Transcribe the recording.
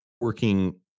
working